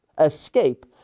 escape